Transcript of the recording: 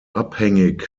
abhängig